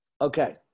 Okay